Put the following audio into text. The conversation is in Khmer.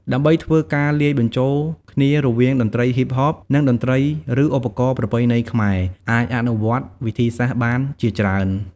ដើម្បីធ្វើការលាយបញ្ចូលគ្នារវាង តន្ត្រីហ៊ីបហប និងតន្ត្រីឬឧបករណ៍ប្រពៃណីខ្មែរ អាចអនុវត្តវិធីសាស្ត្របានជាច្រើន។